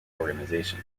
organisation